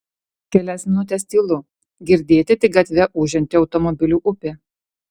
kelias minutes tylu girdėti tik gatve ūžianti automobilių upė